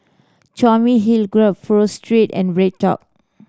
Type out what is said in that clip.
Tommy Hill graph Pho Street and BreadTalk